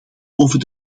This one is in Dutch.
over